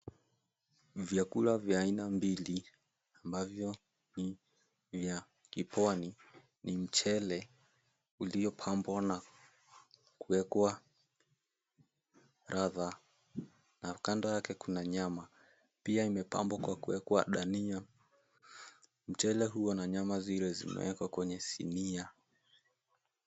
Vyakula vya aina mbili, ambavyo ni vya kipwani, ni mchele uliopambwa na kuwekwa ladha, na kando yake kuna nyama, pia imepambwa kwa kuwekwa dania. Mchele huwa na nyama zile zimewekwa kwenye sinia.